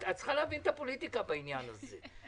את צריכה להבין את הפוליטיקה בעניין הזה.